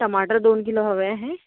टमाटर दोन किलो हवे आहे